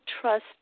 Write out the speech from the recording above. trust